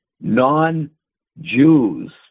non-Jews